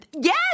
yes